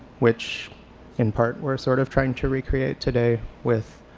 which in part we're sort of trying to recreate today with